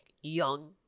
young